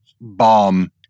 bomb –